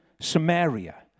Samaria